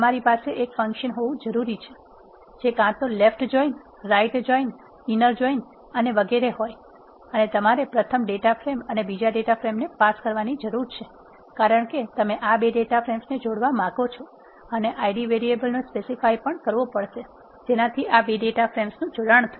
તમારી પાસે એક ફંક્શન હોવું જરૂરી છે જે કાં તો left join right join inner join અને વગેરે હોય અને તમારે પ્રથમ ડેટા ફ્રેમ અને બીજા ડેટા ફ્રેમને પાસ કરવાની જરૂર છે કારણ કે તમે આ 2 ડેટા ફ્રેમ્સ ને જોડવા માંગીએ છીએ અને Id વેરીએબલ સ્પેસીફાઈ કરવો પડશે જેનાથી આ ૨ ડેટા ફ્રેમ્સ નું જોડાણ થશે